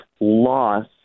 loss